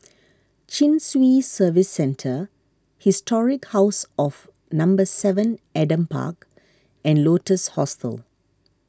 Chin Swee Service Centre Historic House of number Seven Adam Park and Lotus Hostel